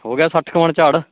ਹੋ ਗਿਆ ਸੱਠ ਕੁ ਮਣ ਝਾੜ